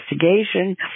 investigation